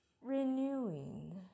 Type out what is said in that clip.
renewing